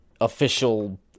official